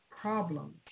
problems